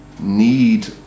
need